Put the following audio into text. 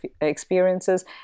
experiences